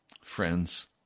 friends